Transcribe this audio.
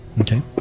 Okay